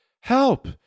Help